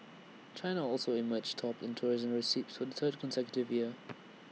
China also emerged top in tourism receipts for the third consecutive year